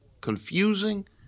confusing